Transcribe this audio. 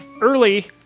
early